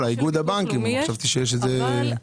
שוב,